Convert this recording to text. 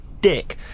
dick